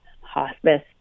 Hospice